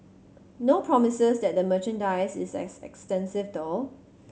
no promises that the merchandise is as extensive though